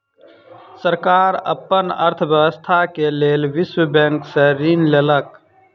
सरकार अपन अर्थव्यवस्था के लेल विश्व बैंक से ऋण लेलक